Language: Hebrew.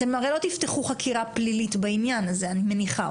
אתם הרי לא תפתחו חקירה פלילית בעניין הזה אני מניחה,